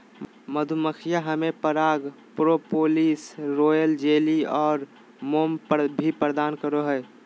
मधुमक्खियां हमें पराग, प्रोपोलिस, रॉयल जेली आरो मोम भी प्रदान करो हइ